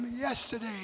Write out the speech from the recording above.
yesterday